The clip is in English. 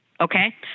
okay